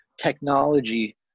Technology